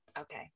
okay